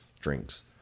drinks